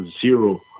zero